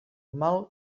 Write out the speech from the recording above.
mal